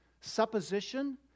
supposition